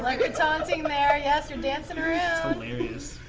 like good taunting there. yes, you're dancing around.